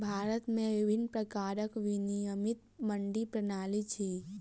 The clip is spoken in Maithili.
भारत में विभिन्न प्रकारक विनियमित मंडी प्रणाली अछि